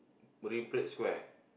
Marine-Parade Square